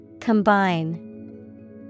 Combine